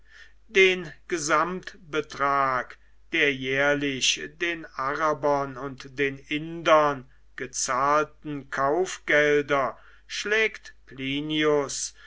den gesamtbetrag der jährlich den arabern und den indern gezahlten kaufgelder schlägt